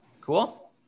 Cool